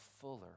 fuller